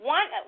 One